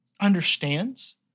understands